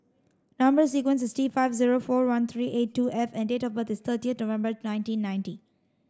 number sequence is T five zero four one three eight two F and date of birth is thirty November nineteen ninety